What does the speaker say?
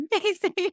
amazing